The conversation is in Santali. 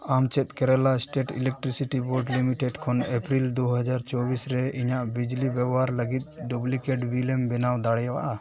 ᱟᱢ ᱪᱮᱫ Kerala state electricity board limited ᱠᱷᱚᱱ ᱮᱯᱨᱤᱞ ᱫᱩ ᱦᱟᱡᱟᱨ ᱪᱚᱵᱵᱤᱥ ᱨᱮ ᱤᱧᱟᱹᱜ ᱵᱤᱡᱽᱞᱤ ᱵᱮᱵᱚᱦᱟᱨ ᱞᱟᱹᱜᱤᱫ ᱰᱩᱵᱽᱞᱤᱠᱮᱴ ᱵᱤᱞᱮᱢ ᱵᱮᱱᱟᱣ ᱫᱟᱲᱮᱭᱟᱜᱼᱟ